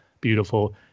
beautiful